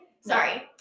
Sorry